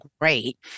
great